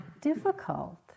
difficult